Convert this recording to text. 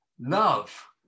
love